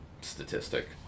statistic